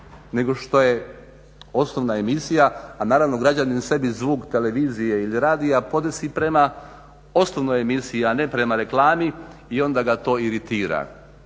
nego što je osnovna emisija, a naravno građanin sebi zvuk televizije ili radija podesi prema osnovnoj emisiji, a ne prema reklami i onda ga to iritira.